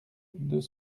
deux